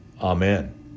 Amen